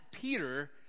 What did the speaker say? Peter